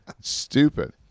Stupid